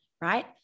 right